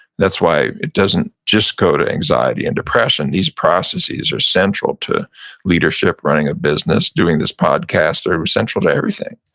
that's why it doesn't just go to anxiety and depression. these processes are central to leadership, running a business, doing this podcast, they're central to everything.